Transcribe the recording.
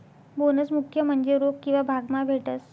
bonus मुख्य म्हन्जे रोक किंवा भाग मा भेटस